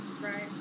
right